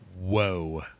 Whoa